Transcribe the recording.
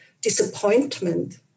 disappointment